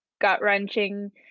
gut-wrenching